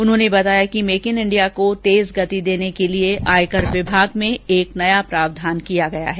उन्होंने बताया कि मेक इन इंडिया को तेज गति देने के लिए आयकर विभाग में एक नया प्रावधान किया गया है